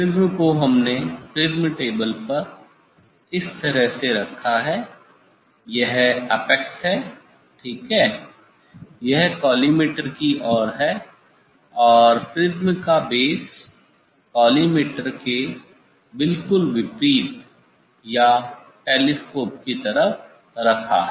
prism को हमने prism table पर इस तरह से रखा है यह अपैक्स ठीक है यह कॉलीमटोर की ओर है और प्रिज़्म का बेस कॉलीमटोर के बिलकुल विपरीत या टेलीस्कोप की तरफ रखा है